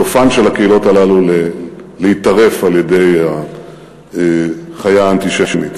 סופן של הקהילות הללו להיטרף על-ידי החיה האנטישמית.